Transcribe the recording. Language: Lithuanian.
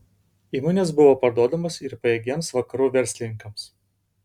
įmonės buvo parduodamos ir pajėgiems vakarų verslininkams